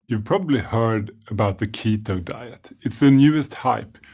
you've probably heard about the keto diet. it's the newest hype.